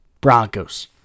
Broncos